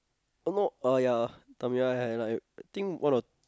oh no uh ya Tamiya I have like I think one or two